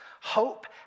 Hope